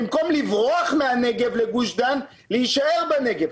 במקום לברוח מהנגב לגוש דן, להישאר בנגב.